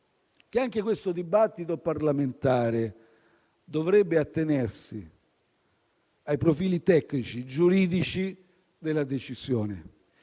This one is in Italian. che anche questo dibattito parlamentare dovrebbe attenersi ai profili tecnici e giuridici della decisione,